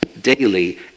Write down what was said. daily